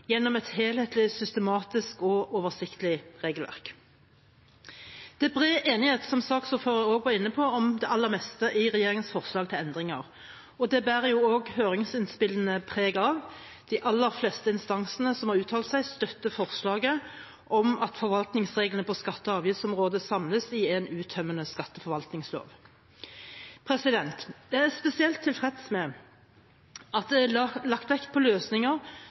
gjennom et helhetlig, systematisk og oversiktlig regelverk. Det er bred enighet, som saksordføreren også var inne på, om det aller meste i regjeringens forslag til endringer, og det bærer også høringsinnspillene preg av. De aller fleste instansene som har uttalt seg, støtter forslaget om at forvaltningsreglene på skatte- og avgiftsområdet samles i en uttømmende skatteforvaltningslov. Jeg er spesielt tilfreds med at det er lagt vekt på løsninger